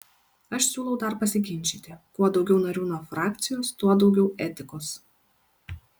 aš siūlau dar pasiginčyti kuo daugiau narių nuo frakcijos tuo daugiau etikos